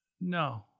no